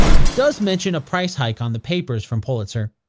it does mention a price hike on the papers from pulitzer.